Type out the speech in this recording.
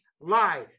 lie